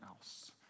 else